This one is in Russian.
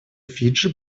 фиджи